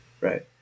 Right